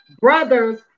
brother's